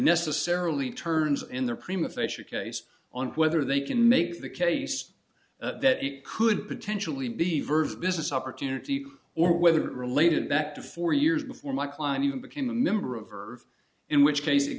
necessarily turns in their prima facia case on whether they can make the case that it could potentially be verbs business opportunity or whether it related back to four years before my client even became a member of or in which case it